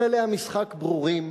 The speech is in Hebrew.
כללי המשחק ברורים.